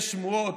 יש שמועות.